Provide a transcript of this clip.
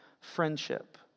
friendship